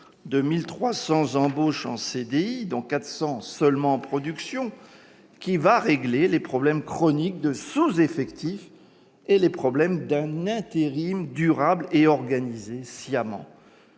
de 1 300 embauches en CDI, dont 400 seulement en production, qui réglera les problèmes chroniques de sous-effectif et ceux liés à un intérim durable et sciemment